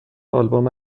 آلبوم